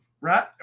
Right